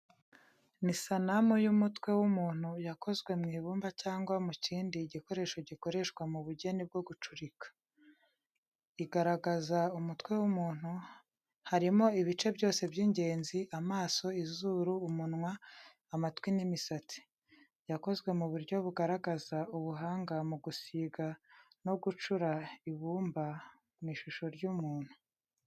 Ni sanamu y'umutwe w’umuntu yakozwe mu ibumba cyangwa mu kindi gikoresho gikoreshwa mu bugeni bwo gucurika. Igaragaza umutwe w’umuntu, harimo ibice byose by’ingenzi, amaso, izuru, umunwa, amatwi n’imisatsi. Yakozwe mu buryo bugaragaza ubuhanga mu gusiga no gucura ibumba mu ishusho y’umuntu.